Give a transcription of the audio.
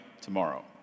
tomorrow